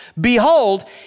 Behold